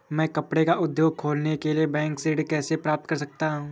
मैं कपड़े का उद्योग खोलने के लिए बैंक से ऋण कैसे प्राप्त कर सकता हूँ?